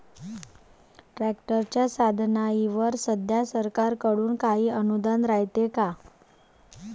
ट्रॅक्टरच्या साधनाईवर सध्या सरकार कडून काही अनुदान रायते का?